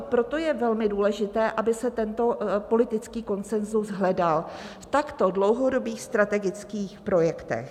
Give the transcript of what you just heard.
Proto je velmi důležité, aby se hledal politický konsenzus v takto dlouhodobých strategických projektech.